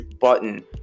button